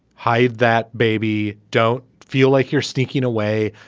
hide that baby don't feel like you're sneaking away.